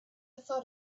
thought